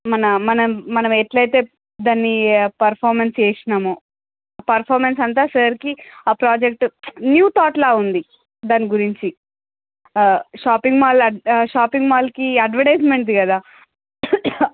మన మనం మనం ఎట్లయితే దాన్నిపెర్ఫార్మన్స్ చేసినమో పెర్ఫార్మన్స్ అంతా సార్కి ఆ ప్రాజెక్ట్ న్యూ థాట్లా ఉంది దాని గురించి షాపింగ్ మాల్ ఆ షాపింగ్ మాల్కి అడ్వర్టైజ్మెంట్ది కదా